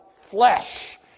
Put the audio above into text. flesh